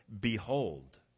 Behold